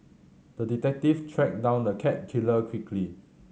the detective tracked down the cat killer quickly